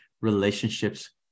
relationships